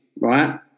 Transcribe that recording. right